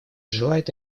желает